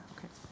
Okay